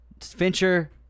Fincher